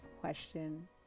question